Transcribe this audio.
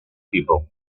people